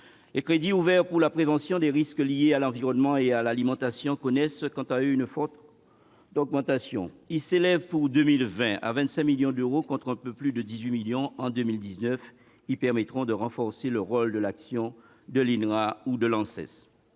Les crédits ouverts pour la prévention des risques liés à l'environnement et à l'alimentation connaissent, quant à eux, une forte augmentation. Ils s'élèvent pour 2020 à 25 millions d'euros contre un peu plus de 18 millions d'euros en 2019. Ces crédits permettront de renforcer le rôle et l'action de l'Institut national